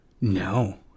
No